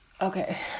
Okay